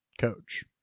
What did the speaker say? coach